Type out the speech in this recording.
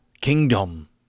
kingdom